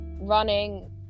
running